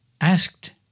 asked